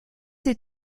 ses